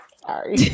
Sorry